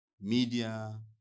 media